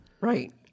Right